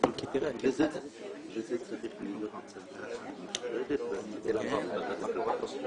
כבר קצת צפונה משם.